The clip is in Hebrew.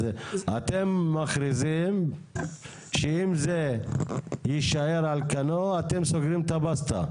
אז אתם מכריזים שאם זה יישאר על כנו אתם סוגרים את הבסטה.